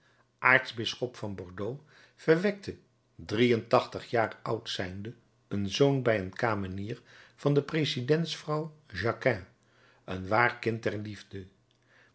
aartsbisschop van bordeaux verwekte drie en tachtig jaar oud zijnde een zoon bij een kamenier van de presidentsvrouw jaquin een waar kind der liefde